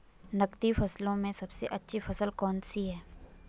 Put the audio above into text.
नकदी फसलों में सबसे अच्छी फसल कौन सी है?